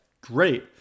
great